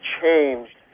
changed